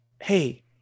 hey